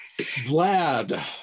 Vlad